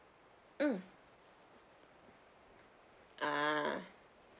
mm ah